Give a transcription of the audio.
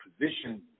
position